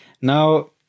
Now